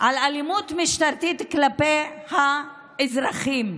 על אלימות משטרתית כלפי האזרחים.